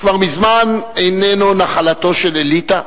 כבר מזמן איננו נחלתה של אליטה,